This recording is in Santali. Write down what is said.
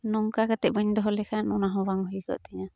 ᱱᱚᱝᱠᱟ ᱠᱟᱛᱮᱫ ᱵᱟᱹᱧ ᱫᱚᱦᱚ ᱞᱮᱠᱷᱟᱱ ᱚᱱᱟᱦᱚᱸ ᱵᱟᱝ ᱦᱩᱭᱠᱚᱜ ᱛᱤᱧᱟᱹ